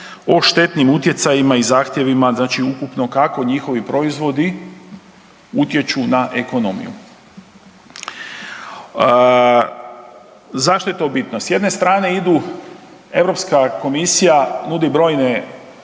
o štetnim utjecajima i zahtjevima znači ukupno kako njihovi proizvodi utječu na ekonomiju. Zašto je to bitno? S jedne strane idu, Europska komisija nudi brojne,